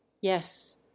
yes